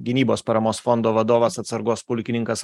gynybos paramos fondo vadovas atsargos pulkininkas